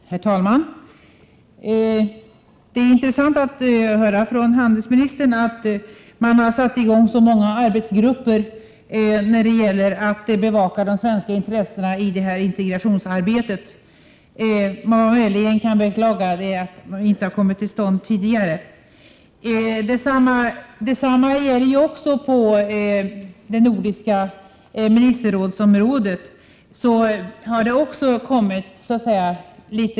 Herr talman! Det är intressant att höra från statsrådet att det satts i gång så många arbetsgrupper för att bevaka de svenska intressena i integrationsarbetet. Vad man möjligen kan beklaga är att arbetsgrupperna inte har kommit till stånd tidigare. Detsamma gäller på området för Nordiska ministerrådet.